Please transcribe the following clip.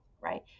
Right